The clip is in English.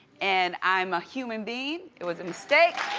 and i'm a human being. it was a mistake.